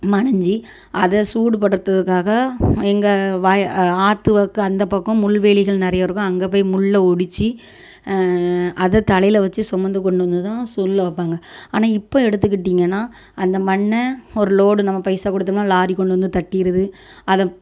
மனஞ்சு அதை சூடு படுத்துறதுக்காக எங்கள் வயல் ஆற்று பக்கம் அந்த பக்கம் முள்வேலிகள் நிறைய இருக்கும் அங்கே போய் முள்ளை ஒடிச்சு அதை தலையில் வச்சு சுமந்துக்கொண்டு வந்து தான் சூளைல வைப்பாங்க ஆனால் இப்போ எடுத்துக்கிட்டிங்கன்னா அந்த மண்ணை ஒரு லோடு நம்ம பைசா கொடுத்தோம்னா லாரி கொண்டு வந்து தட்டிருது அதை